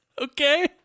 Okay